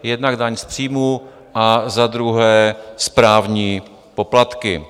Jednak daň z příjmu a za druhé správní poplatky.